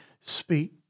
speak